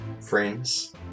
friends